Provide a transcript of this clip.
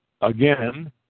Again